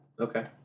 Okay